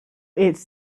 its